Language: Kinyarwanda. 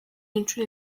nshuro